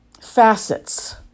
facets